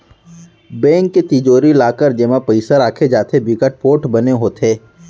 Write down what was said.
bank के तिजोरी, locker जेमा पइसा राखे जाथे बिकट पोठ बने होथे